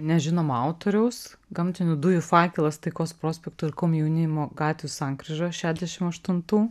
nežinomo autoriaus gamtinių dujų fakelas taikos prospekto ir komjaunimo gatvių sankryžoj šešiasdešimt aštuntų